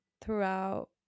throughout